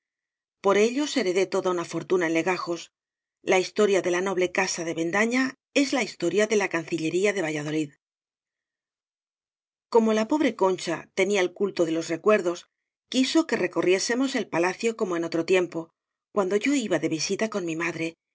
por ellos heredé toda una fortuna en le gajos la historia de la noble casa de ben daña es la historia de la cancillería de valladolid como la pobre concha tenía el culto de los recuerdos quiso que recorriésemos el palacio como en otro tiempo cuando yo iba de visita con mi madre y